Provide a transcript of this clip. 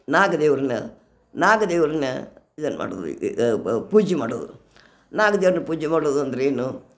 ನಾಗ ದೇವರನ್ನ ನಾಗ ದೇವರನ್ನ ಇದನ್ನ ಮಾಡುದು ಪೂಜೆ ಮಾಡೋದು ನಾಗ ದೇವರನ್ನ ಪೂಜೆ ಮಾಡೋದಂದರೆ ಏನು